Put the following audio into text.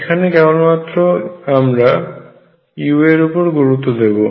এখানে কেবমাত্র আমরা u এর উপর গুরুত্ব দেব